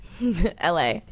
LA